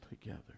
together